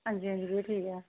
ਹਾਂਜੀ ਹਾਂਜੀ ਜੀ ਠੀਕ ਆ